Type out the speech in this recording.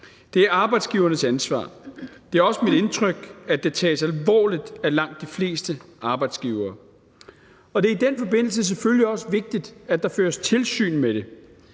Det er arbejdsgivernes ansvar; det er også mit indtryk, at det tages alvorligt af langt de fleste arbejdsgivere. Og det er i den forbindelse selvfølgelig også vigtigt, at der føres tilsyn med det.